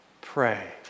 pray